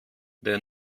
der